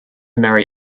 marry